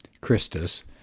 Christus